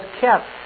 kept